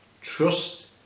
Trust